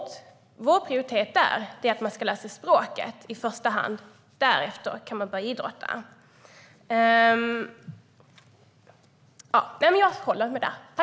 Vår prioritering är att man ska lära sig språket i första hand. Därefter kan man börja idrotta.